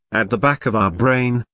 at the back of our brain,